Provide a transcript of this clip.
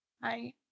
Hi